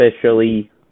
officially